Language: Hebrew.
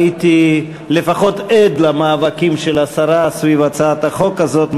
הייתי לפחות עד למאבקים של השרה סביב הצעת החוק הזאת,